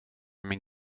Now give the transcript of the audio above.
min